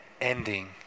ending